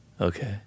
okay